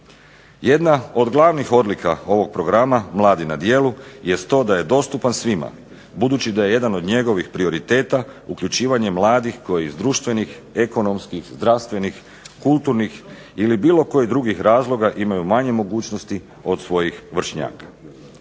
Jedna od glavnih odlika ovog Programa mladi na djelu jest to da je dostupan svima budući da je jedan od njegovih prioriteta uključivanje mladih koji iz društvenih, ekonomskih, zdravstvenih, kulturnih ili bilo kojih drugih razloga imaju manje mogućnosti od svojih vršnjaka.